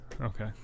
Okay